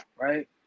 right